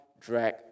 drag